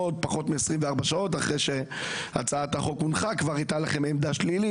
פחות מ-24 שעות אחרי שהונחה הצעת החוק כבר הייתה לכם עמדה שלילית.